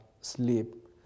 sleep